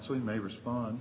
so we may respond